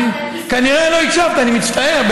כנראה לא הקשבת, אני מצטער.